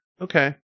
okay